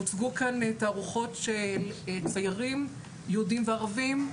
הוצגו כאן תערוכות של ציירים יהודים וערבים,